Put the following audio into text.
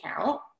account